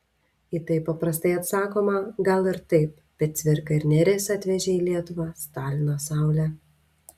į tai paprastai atsakoma gal ir taip bet cvirka ir nėris atvežė į lietuvą stalino saulę